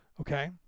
Okay